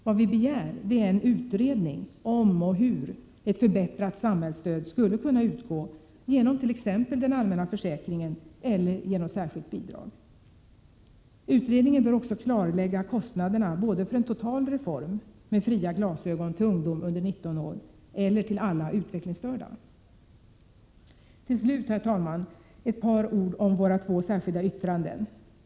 Vad vi begär är en utredning om och hur ett förbättrat samhällsstöd skulle kunna utgå genom t.ex. den allmänna försäkringen eller genom särskilt bidrag. Utredningen bör också klarlägga kostnaderna både för en total reform med fria glasögon till ungdom under 19 år eller till alla utvecklingsstörda. Till slut, herr talman, ett par ord om våra två särskilda yttranden.